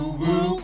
woo